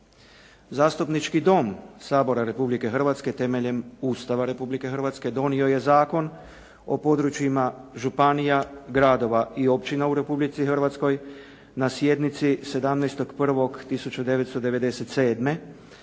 Zastupnički dom Sabora Republike Hrvatske temeljem Ustava Republike Hrvatske donio je Zakon o područjima županija, gradova i općina u Republici Hrvatskoj na sjednici 17.1.1997.